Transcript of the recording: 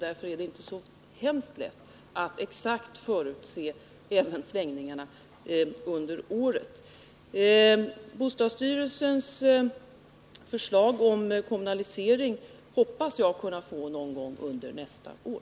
Därför är det inte så lätt att exakt förutse svängningarna under året. Bostadsstyrelsens förslag om kommunalisering hoppas jag att kunna få någon gång under nästa år.